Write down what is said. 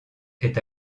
est